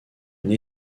une